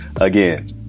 Again